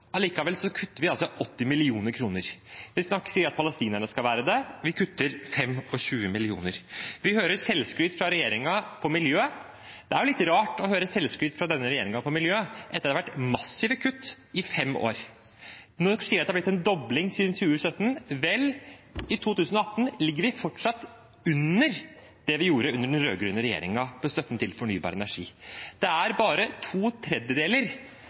kutter vi 80 mill. kr. Vi sier at palestinerne skal være det. Vi kutter 25 mill. kr. Vi hører selvskryt fra regjeringen når det gjelder miljø. Det er litt rart å høre selvskryt fra denne regjeringen når det gjelder miljø etter at det har vært massive kutt i fem år. De sier at det har blitt en dobling siden 2017. Vel i 2018 ligger vi fortsatt under det vi gjorde under den rød-grønne regjeringen med støtten til fornybar energi. Det er bare to tredjedeler